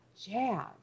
jazz